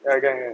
ya can can